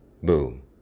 boom